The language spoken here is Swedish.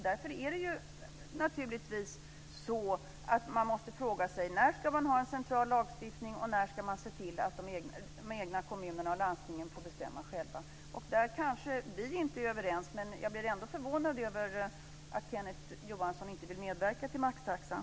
Därför måste man fråga: När ska man ha en central lagstiftning, och när ska man se till att de egna kommunerna och landstingen får bestämma själva? Och där kanske vi inte är överens. Men jag blir ändå förvånad över att Kenneth Johansson inte vill medverka till maxtaxan.